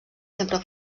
sempre